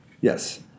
Yes